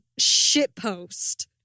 shitpost